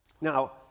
Now